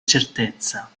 certezza